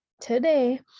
today